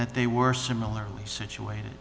that they were similar situation